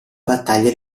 battaglia